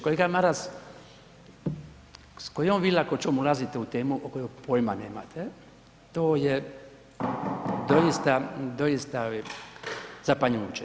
Kolega Maras s kojom vi lakoćom ulazite u temu o kojoj poima nemate, to je doista, doista zapanjujuće.